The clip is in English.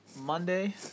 Monday